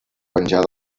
penjar